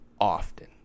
often